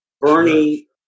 Bernie